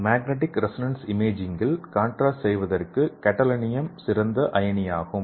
magnetic resonance இமேஜிங்கில் contrast செய்வதற்கு gadolinium சிறந்த அயனியாகும்